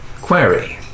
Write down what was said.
Query